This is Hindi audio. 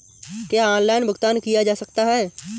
क्या ऑनलाइन भुगतान किया जा सकता है?